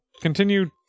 Continue